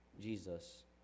Jesus